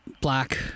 black